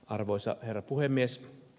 arvoisa herra puhemies